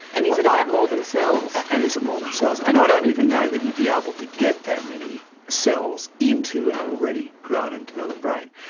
and is it about more than cells? and is it more than cells? and i don't even know that you'd be able to get that many cells into an already grown and developed brain.